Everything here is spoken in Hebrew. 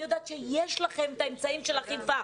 אני יודעת שיש לכם אמצעים של אכיפה.